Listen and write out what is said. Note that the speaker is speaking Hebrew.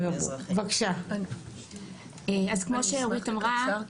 אז כמו שאורית אמרה,